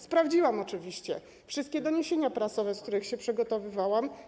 Sprawdziłam oczywiście wszystkie doniesienia prasowe, na podstawie których się przygotowywałam.